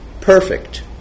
Perfect